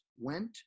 went